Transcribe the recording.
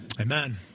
amen